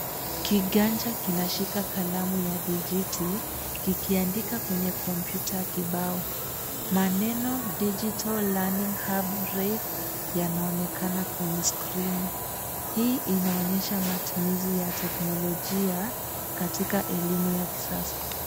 Kiganja kinashika kalamu ya digiti kikiandika kwenye kompyuta kibao. Maneno digital learning hub reiff yanaonekana kwenye skrini. Hii inaonyesha matumizi ya teknolojia katika elimu ya kisasa.